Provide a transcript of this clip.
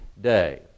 day